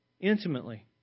intimately